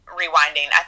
rewinding